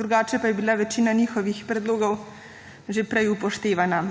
drugače pa je bila večina njihovih predlogov že prej upoštevana.